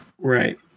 Right